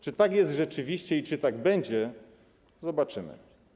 Czy tak jest rzeczywiście i czy tak będzie, zobaczymy.